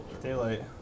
Daylight